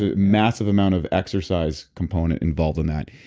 ah massive amount of exercise component involved in that.